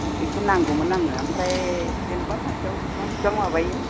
एसे नांगौमोन आंनो ओमफ्राय जेनोबा फांसेआव बिसिबां बिसिबां माबायो